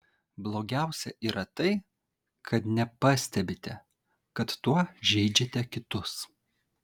blogiausia yra tai kad nepastebite kad tuo žeidžiate kitus